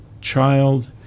child